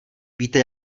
víte